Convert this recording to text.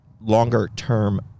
longer-term